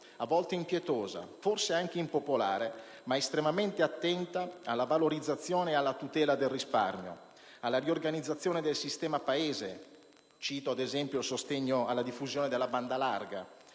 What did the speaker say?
a volte impietosa, forse anche impopolare, ma estremamente attenta alla valorizzazione e alla tutela del risparmio, alla riorganizzazione del sistema Paese. Cito, ad esempio, il sostegno alla diffusione della banda larga,